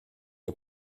les